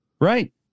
right